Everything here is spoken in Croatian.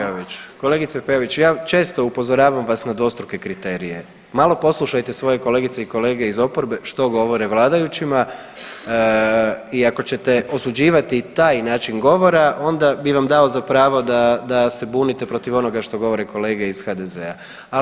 Kolegice Peović ja često upozoravam vas na dvostruke kriterije, malo poslušajte svoje kolegice i kolege iz oporbe što govore vladajućima i ako ćete osuđivati taj način govora onda bi vam dao za pravo da se bunite protiv onoga što govore kolege iz HDZ-a.